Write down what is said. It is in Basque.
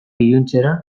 iluntzera